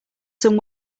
some